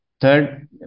Third